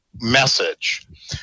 message